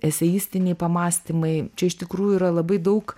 eseistiniai pamąstymai čia iš tikrųjų yra labai daug